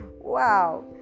wow